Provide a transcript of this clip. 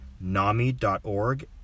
NAMI.org